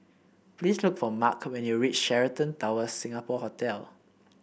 please look for Marc when you reach Sheraton Towers Singapore Hotel